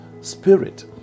spirit